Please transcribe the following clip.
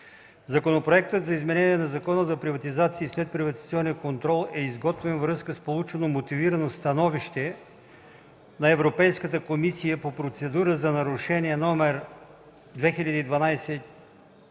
Законопроектът за изменение на Закона за приватизация и следприватизационен контрол е изготвен във връзка с получено Мотивирано становище на Европейската комисия по процедура за нарушение № 2012/4002,